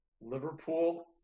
Liverpool